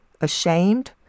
ashamed